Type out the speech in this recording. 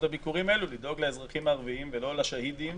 הביקורים האלה לדאוג לבוחרים ולא לשאהידים